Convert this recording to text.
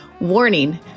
warning